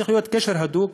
צריך להיות קשר הדוק,